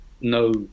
no